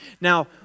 Now